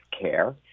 care